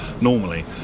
normally